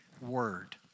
word